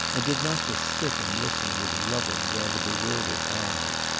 and did not just sit and listen with loving, rather bewildered eyes.